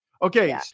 Okay